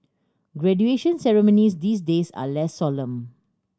graduation ceremonies these days are less solemn